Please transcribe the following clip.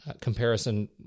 comparison